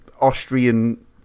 Austrian